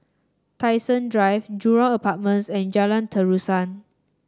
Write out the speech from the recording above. Tai Seng Drive Jurong Apartments and Jalan Terusan